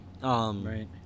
Right